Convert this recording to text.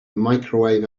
microwave